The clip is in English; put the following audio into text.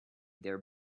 their